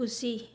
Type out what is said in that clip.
खुसी